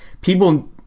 People